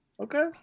Okay